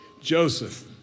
Joseph